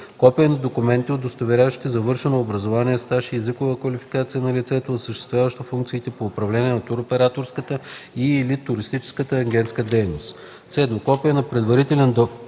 копие на документите, удостоверяващи завършено образование, стаж и езикова квалификация на лицето, осъществяващо функции по управление на туроператорска или туристическа агентска дейност; 5. декларация от заявителя, че